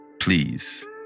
Please